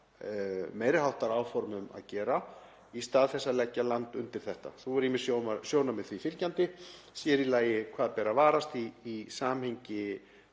meiri háttar áform um að gera, í stað þess að leggja land undir þetta. Svo voru ýmis sjónarmið því fylgjandi, sér í lagi hvað beri að varast í samhengi